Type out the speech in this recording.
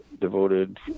devoted